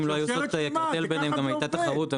אם הם לא היו עושות קרטל ביניהן גם הייתה תחרות.